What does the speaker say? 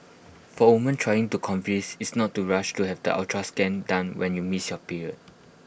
for woman trying to convince is not to rush to have the ultrasound scan done when you miss your period